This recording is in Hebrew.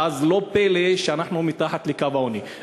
ואז לא פלא שאנחנו מתחת לקו העוני.